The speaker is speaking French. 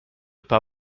pas